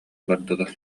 бардылар